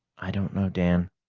i don't know, dan.